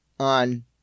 On